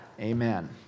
Amen